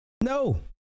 No